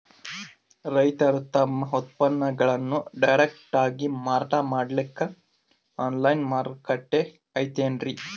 ರೈತರು ತಮ್ಮ ಉತ್ಪನ್ನಗಳನ್ನು ಡೈರೆಕ್ಟ್ ಆಗಿ ಮಾರಾಟ ಮಾಡಲಿಕ್ಕ ಆನ್ಲೈನ್ ಮಾರುಕಟ್ಟೆ ಐತೇನ್ರೀ?